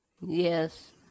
yes